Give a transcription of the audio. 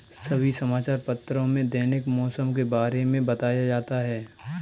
सभी समाचार पत्रों में दैनिक मौसम के बारे में बताया जाता है